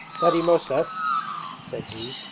daddy mosev said he,